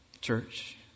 Church